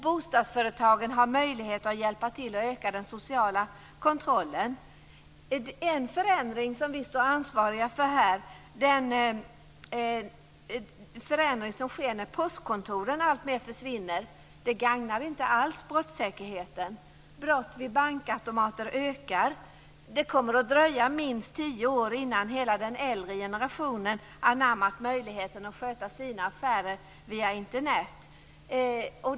Bostadsföretagen har möjligheter att hjälpa till att öka den sociala kontrollen. En förändring som vi är ansvariga för här är den förändring som sker när postkontoren alltmer försvinner. Det gagnar inte alls brottssäkerheten. Brott vid bankautomater ökar. Det kommer att dröja minst tio år innan hela den äldre generationen anammat möjligheten att sköta sina affärer via Internet.